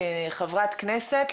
כחברת כנסת,